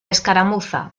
escaramuza